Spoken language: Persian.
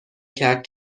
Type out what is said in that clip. کرد